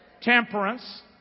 temperance